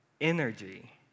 energy